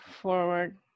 forward